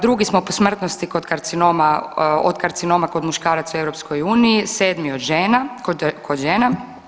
Drugi smo po smrtnosti kod karcinoma, od karcinoma kod muškaraca u EU, 7 od žena, kod žena.